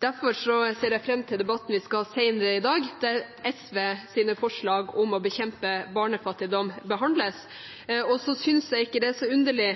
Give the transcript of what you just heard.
Derfor ser jeg fram til debatten vi skal ha senere i dag, der SVs forslag om å bekjempe barnefattigdom skal behandles. Så synes jeg ikke det er så underlig